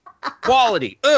quality